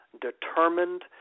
determined